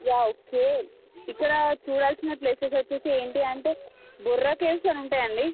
yeah okay ఇక్కడ చూడాల్సిన places వచ్చి ఏంటి అంటే బొర్రా కేవ్స్ అని ఉంటాయండి